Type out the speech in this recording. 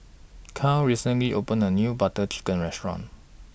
Karel recently opened A New Butter Chicken Restaurant